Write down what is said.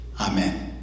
Amen